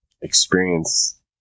experience